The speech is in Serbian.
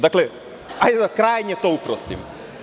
Dakle, hajde da krajnje to uprostimo.